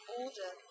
order